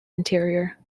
interior